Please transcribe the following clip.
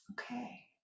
Okay